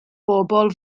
bobl